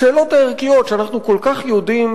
השאלות הערכיות שאנחנו כל כך יודעים